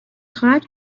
خواهد